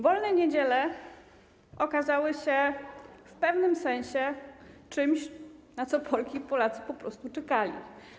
Wolne niedziele okazały się w pewnym sensie czymś, na co Polki i Polacy po prostu czekali.